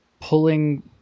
pulling